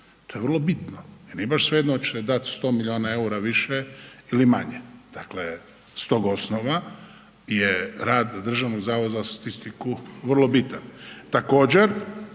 to je vrlo bitno. Jer nije baš svejedno hoćete dati 100 milijuna eura više ili manje. Dakle, s tog osnova je rad Državnog zavoda za statistiku vrlo bitan.